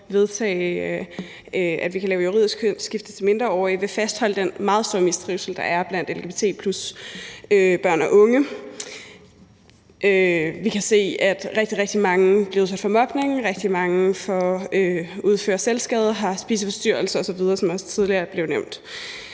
vedtage, at vi kan lave juridisk kønsskifte til mindreårige, og at det vil fastholde den meget stor mistrivsel, der er blandt lgbt+-børn og -unge. Vi kan se, at rigtig, rigtig mange bliver udsat for mobning, rigtig mange udfører selvskader, har spiseforstyrrelser osv., som også tidligere er blevet nævnt.